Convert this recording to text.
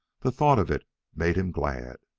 the thought of it made him glad.